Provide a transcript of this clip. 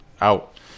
out